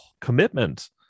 commitment